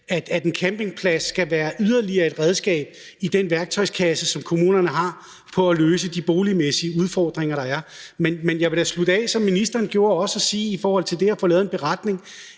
at en campingplads skal være yderligere et redskab i den værktøjskasse, som kommunerne har, til at løse de boligmæssige udfordringer, der er. Men jeg vil da, som ministeren også gjorde, slutte af med at sige, at vi med hensyn til at få lavet en beretning